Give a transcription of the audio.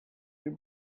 your